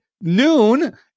noon